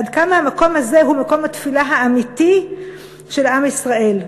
עד כמה המקום הזה הוא מקום התפילה האמיתי של עם ישראל.